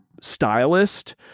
stylist